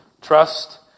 trust